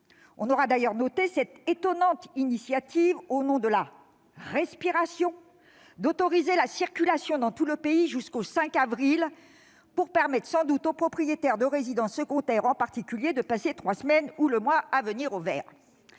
On aura d'ailleurs noté cette étonnante initiative, au nom de la « respiration », d'autoriser la circulation dans tout le pays jusqu'au 5 avril, pour permettre sans doute aux propriétaires de résidences secondaires en particulier, de passer trois semaines ou le mois à venir au vert.